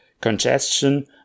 congestion